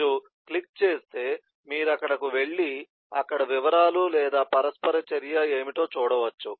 మీరు క్లిక్ చేస్తే మీరు అక్కడకు వెళ్లి అక్కడ వివరాలు లేదా పరస్పర చర్య ఏమిటో చూడవచ్చు